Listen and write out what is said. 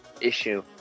issue